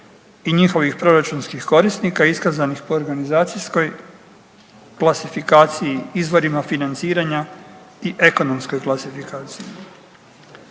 i njihovih proračunskih korisnika iskazanih po organizacijskoj klasifikaciji, izvorima financiranja i ekonomskoj klasifikaciji.